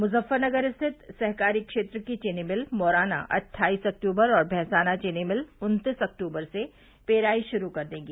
मुजफरनगर स्थित सहकारी क्षेत्र की चीनी मिल मौराना अट्ठाईस अक्टूबर और भैसाना चीनी मिल उन्तीस अक्टूबर से पेराई शुरू कर देंगी